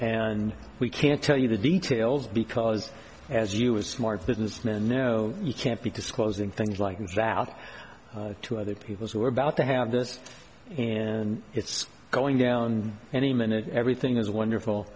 and we can't tell you the details because as you were smart businessmen know you can't be disclosing things like in south to other people who are about to have this and it's going down any minute everything is wonderful